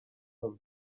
dels